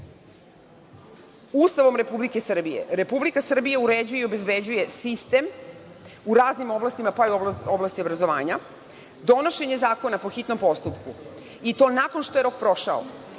efekta. Ustavom Republike Srbije, Republika Srbija uređuje i obezbeđuje sistem u raznim oblastima, pa i u oblasti obrazovanja. Donošenje zakona po hitnom postupku, i to nakon što je rok prošao,